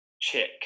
chick